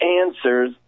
answers